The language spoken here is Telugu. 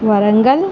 వరంగల్